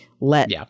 let